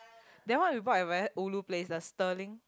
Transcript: that one we bought at very ulu place the sterling